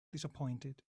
disappointed